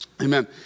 Amen